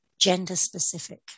gender-specific